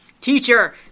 Teacher